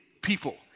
people